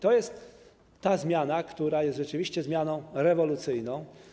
To jest ta zmiana, która jest rzeczywiście zmianą rewolucyjną.